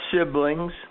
siblings